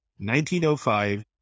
1905